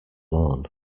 lawn